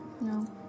No